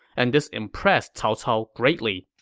and this impressed cao cao greatly.